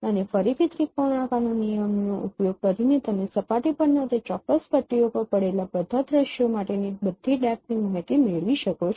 અને ફરીથી ત્રિકોણાકારના નિયમનો ઉપયોગ કરીને તમે સપાટી પરના તે ચોક્કસ પટ્ટીઓ પર પડેલા બધા દ્રશ્યો માટેની બધી ડેપ્થની માહિતી મેળવી શકો છો